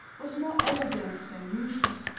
was more elegant than usual